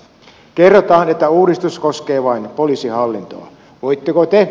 kerrotaan että uudistus koskee vain poliisihallintoa